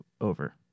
over